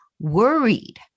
worried